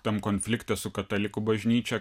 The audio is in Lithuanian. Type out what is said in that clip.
tam konflikte su katalikų bažnyčia